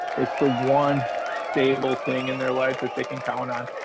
it's the one stable thing in their life they can count on,